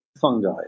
fungi